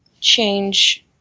change